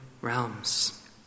realms